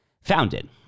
founded